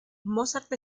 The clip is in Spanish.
mozart